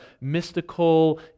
mystical